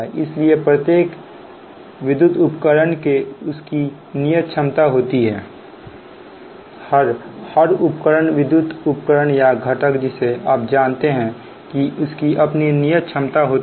इसलिए प्रत्येक विद्युत उपकरण कि उसकी नियत क्षमता होती है हर उपकरण विद्युत उपकरण या घटक जिसे आप जानते हैं कि इसकी अपनी नियत क्षमता होती है